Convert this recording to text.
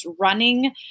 running